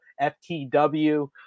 FTW